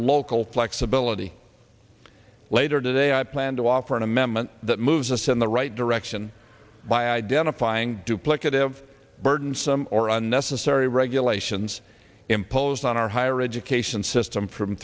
local flexibility later today i plan to offer an amendment that moves us in the right direction by identifying duplicative burdensome or unnecessary regulations imposed on our higher education system from